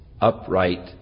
upright